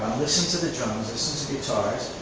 listen to the drums, listen to guitars.